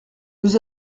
nous